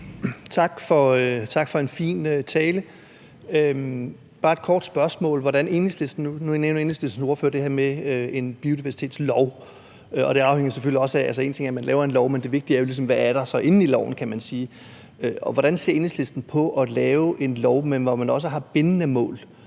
Tak for en fin tale. Jeg har bare et kort spørgsmål. Nu nævner Enhedslistens ordfører det her med en biodiversitetslov, og én ting er, at man laver en lov, men det vigtige er jo ligesom, hvad der er inde i loven, kan man sige. Hvordan ser Enhedslisten på at lave en lov, hvor man også har bindende mål,